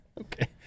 okay